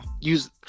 use